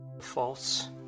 false